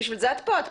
לכן את כאן.